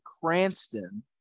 cranston